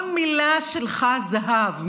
כל מילה שלך זהב.